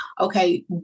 Okay